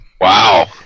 Wow